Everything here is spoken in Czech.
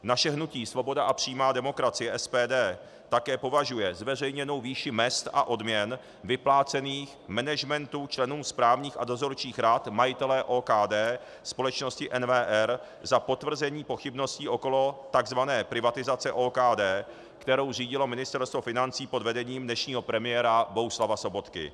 Naše hnutí Svoboda a přímá demokracie, SPD, také považuje zveřejněnou výši mezd a odměn vyplácených managementu, členům správních a dozorčích rad majitelé OKD společnosti NWR za potvrzení pochybností okolo tzv. privatizace OKD, kterou řídilo Ministerstvo financí pod vedením dnešního premiéra Bohuslava Sobotky.